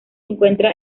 encuentra